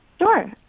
Sure